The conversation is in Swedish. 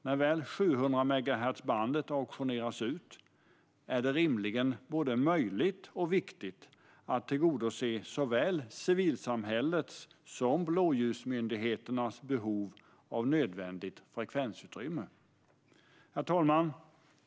När 700-megahertzbandet väl auktioneras ut är det rimligen både möjligt och viktigt att tillgodose såväl civilsamhällets som blåljusmyndigheternas behov av nödvändigt frekvensutrymme. Herr talman!